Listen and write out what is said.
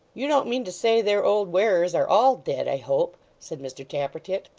you don't mean to say their old wearers are all dead, i hope said mr tappertit,